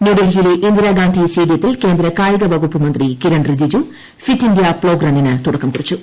ന്യൂഡൽഹിയിലെ ഇന്ദിരാഗാന്ധി സ്റ്റേഡിയത്തിൽ കേന്ദ്ര കായികവകുപ്പ് മന്ത്രി Kiran Rijiju fit India plog റണ്ണിന് തുടക്കം കുറിച്ചു